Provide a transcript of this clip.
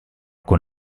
con